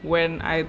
when I